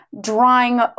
drawing